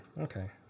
Okay